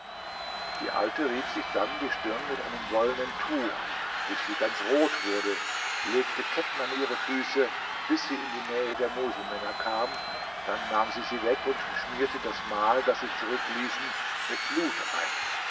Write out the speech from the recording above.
die alte rieb sich dann die stirn mit einem wollenen tuch bis sie ganz rot wurde legte ketten an ihre füße bis sie in die nähe der muselmänner kam dann nahm sie sie weg und schmierte das mal das sie zurückließen mit blut ein